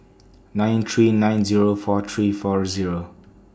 nine three nine Zero four three four Zero